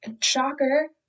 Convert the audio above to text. shocker